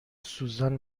سوزن